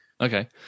Okay